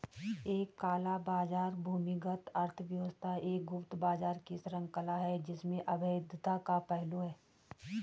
एक काला बाजार भूमिगत अर्थव्यवस्था एक गुप्त बाजार की श्रृंखला है जिसमें अवैधता का पहलू है